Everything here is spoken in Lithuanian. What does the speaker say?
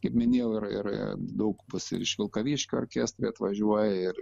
kaip minėjau ir ir daug bus ir iš vilkaviškio orkestrai atvažiuoja ir